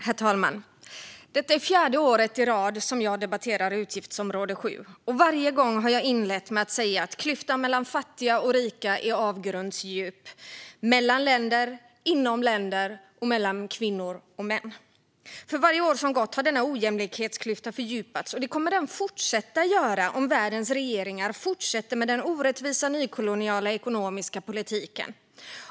Herr talman! Detta är fjärde året i rad som jag debatterar utgiftsområde 7. Varje gång har jag inlett med att säga att klyftan mellan fattiga och rika är avgrundsdjup - mellan länder, inom länder och mellan kvinnor och män. För varje år som gått har denna ojämlikhetsklyfta fördjupats, och det kommer den att fortsätta att göra om världens regeringar fortsätter med den orättvisa, nykoloniala ekonomiska politiken.